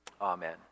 Amen